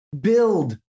build